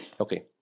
Okay